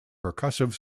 percussive